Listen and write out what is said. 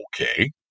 Okay